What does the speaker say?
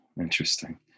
interesting